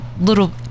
little